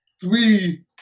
three